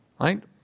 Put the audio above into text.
right